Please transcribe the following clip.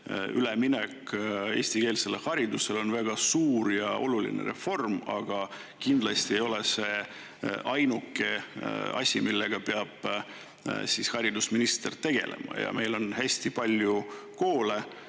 üleminek eestikeelsele haridusele on väga suur ja oluline reform, aga kindlasti ei ole see ainuke asi, millega peab haridusminister tegelema. Ja meil on hästi palju koole,